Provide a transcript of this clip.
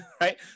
right